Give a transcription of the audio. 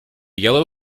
yellow